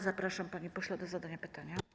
Zapraszam, panie pośle, do zadania pytania.